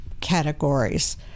categories